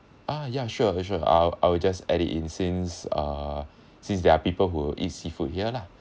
ah yeah sure sure I'll I'll just add it in since uh since there are people who eat seafood here lah